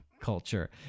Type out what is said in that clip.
culture